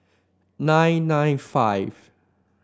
nine nine five